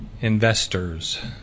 investors